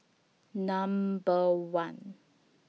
Number one